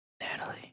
Natalie